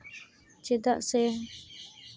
ᱪᱮᱫᱟᱜ ᱥᱮ